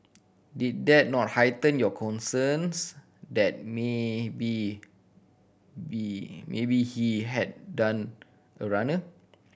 did that not heighten your concerns that maybe be maybe he had done a runner